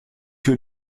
que